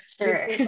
Sure